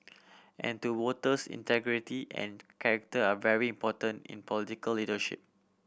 and to voters integrity and character are very important in political leadership